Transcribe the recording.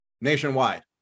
nationwide